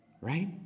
right